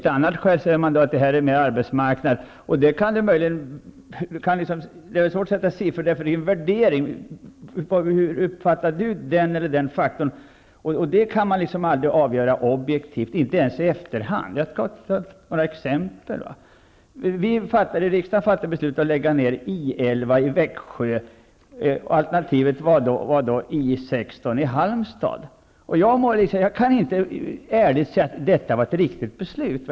Ett annat skäl kan vara att arbetsmarknaden på orten är större. Det är svårt att sätta siffror på sådana faktorer, eftersom det är värderingar. En sådan fråga kan man aldrig bedöma objektivt, inte ens i efterhand. Jag kan ta några exempel. Riksdagen fattade beslutet att lägga ned I 11 i Växjö. Alternativet var då I 16 i Halmstad. Jag kan inte ärligt säga att detta var ett riktigt beslut.